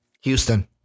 Houston